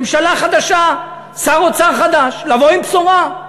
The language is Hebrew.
ממשלה חדשה, שר אוצר חדש, לבוא עם בשורה.